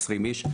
עשרים איש,